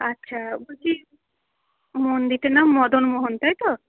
আচ্ছা বলছি মন্দিরটার না মদনমোহন তাই তো